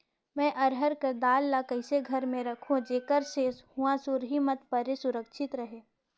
मैं अरहर कर दाल ला कइसे घर मे रखों जेकर से हुंआ सुरही मत परे सुरक्षित रहे?